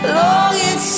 longing